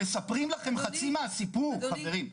מספרים לכם חצי מהסיפור, חברים.